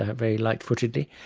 ah very light-footedly,